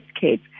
kids